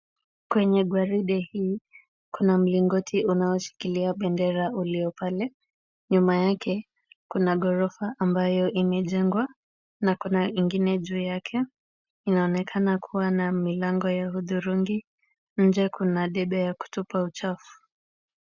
Kwenye waride hii kuna mlingoti unaoshikilia bendera ulio pale ,nyuma yake kuna ghorofa ambayo imejengwa , na kuna ingine juu yake .Inaonekana kua na milango ya hudhurungi .Nje kuna debe ya kutupa uchafu .